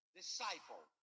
disciple